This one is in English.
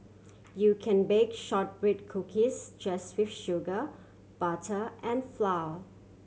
you can bake shortbread cookies just with sugar butter and flour